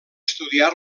estudiar